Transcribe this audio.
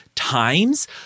times